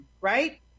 Right